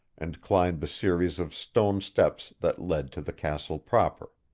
and climbed the series of stone steps that led to the castle proper.